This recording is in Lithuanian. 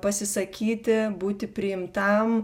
pasisakyti būti priimtam